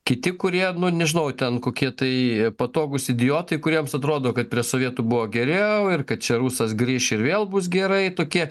kiti kurie nu nežinau ten kokie tai patogūs idiotai kuriems atrodo kad prie sovietų buvo geriau ir kad čia rusas grįš ir vėl bus gerai tokie